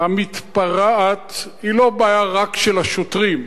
המתפרעת, הוא לא רק של השוטרים.